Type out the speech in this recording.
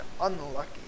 unlucky